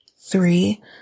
three